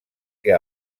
que